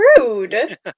rude